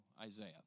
Isaiah